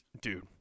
dude